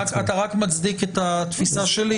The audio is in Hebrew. אתה רק מצדיק את התפיסה שלי,